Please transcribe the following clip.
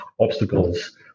Obstacles